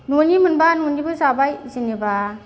न'नि मोनबा न'निबो जाबाय जेनेबा